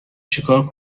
چیکار